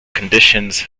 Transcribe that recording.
conditions